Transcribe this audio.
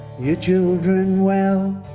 your children well,